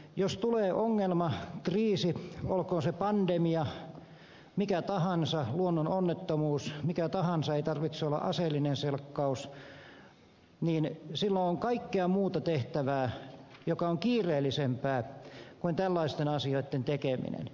jos tulee ongelma kriisi olkoon se pandemia mikä tahansa luonnononnettomuus mikä tahansa ei tarvitse olla aseellinen selkkaus niin silloin on kaikkea muuta tehtävää joka on kiireellisempää kuin tällaisten asioitten tekeminen